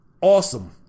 awesome